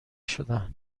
شدن